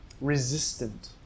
resistant